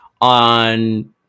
on